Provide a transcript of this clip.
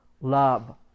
Love